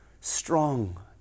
strong